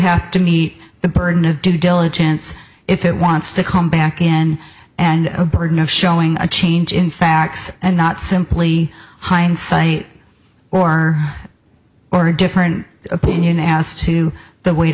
have to meet the burden of due diligence if it wants to come back in and a burden of showing a change in facts and not simply hindsight or or a different opinion as to the weight